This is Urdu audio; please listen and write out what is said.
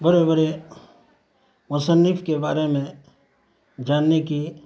بڑے بڑے مصنف کے بارے میں جاننے کی